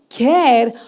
care